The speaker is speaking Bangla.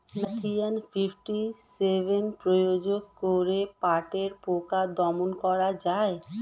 ম্যালাথিয়ন ফিফটি সেভেন প্রয়োগ করে পাটের পোকা দমন করা যায়?